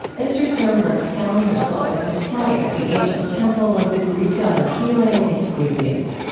esther sternberg found herself at the site of the ancient temple of the greek god of healing, asclepius.